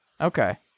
Okay